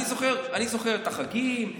אני זוכר את החגים,